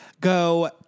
go